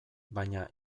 baina